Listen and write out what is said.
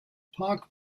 park